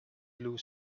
blue